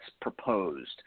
proposed